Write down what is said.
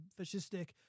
fascistic